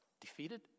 defeated